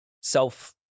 self